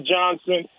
Johnson